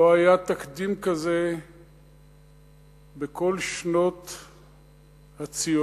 לא היה תקדים כזה בכל שנות הציונות,